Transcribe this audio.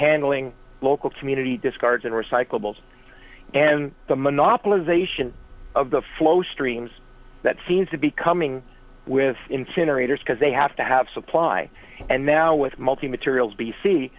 handling local community discards and recyclables and the monopolization of the flow streams that seems to be coming with incinerators because they have to have supply and now with multi materials b c